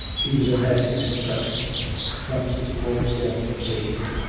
he was in essex, he tells me but comes to the wolves' den for safety.